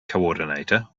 coordinator